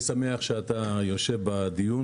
קודם כול אני שמח שאתה יושב כאן בדיון